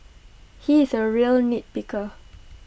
he is A real nitpicker